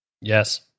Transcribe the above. Yes